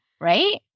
Right